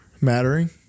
mattering